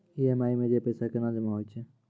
EMI मे जे पैसा केना जमा होय छै?